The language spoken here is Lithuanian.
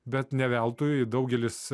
bet ne veltui daugelis